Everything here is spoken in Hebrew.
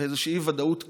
באיזושהי אי-ודאות כוללת.